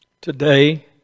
today